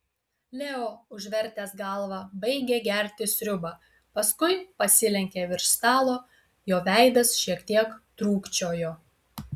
leo užvertęs galvą baigė gerti sriubą paskui pasilenkė virš stalo jo veidas šiek tiek trūkčiojo